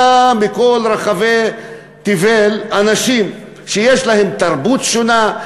מכל רחבי תבל אנשים שיש להם תרבות שונה,